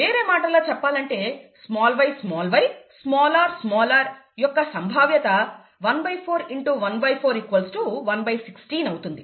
వేరే మాటల్లో చెప్పాలంటే yyrr యొక్క సంభావ్యత ¼ x ¼ 1 16 అవుతుంది